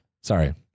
sorry